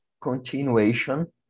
continuation